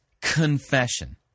confession